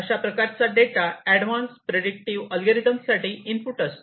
अशा प्रकारचा data advance predictive अल्गोरिदमसाठी इनपुट असतो